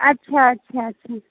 अच्छा अच्छा अच्छा